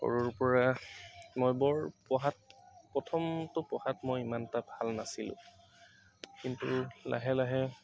সৰুৰ পৰা মই বৰ পঢ়াত প্ৰথমতো পঢ়াত মই ইমানটা ভাল নাছিলো কিন্তু লাহে লাহে